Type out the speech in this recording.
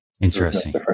Interesting